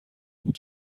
بود